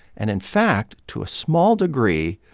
and in fact, to a small degree,